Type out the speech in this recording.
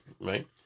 right